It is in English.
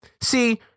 See